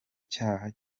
cyaha